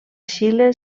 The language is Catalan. xile